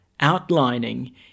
outlining